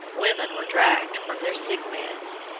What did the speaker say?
women were dragged from their sick-beds,